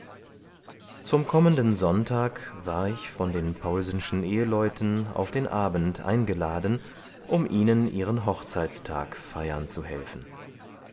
zum kommenden sonntag war ich von den paulsenschen eheleuten auf den abend eingeladen um ihnen ihren hochzeitstag feiern zu helfen